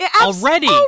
Already